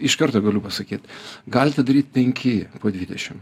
iš karto galiu pasakyt galite daryt penki po dvidešim